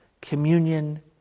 communion